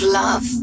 love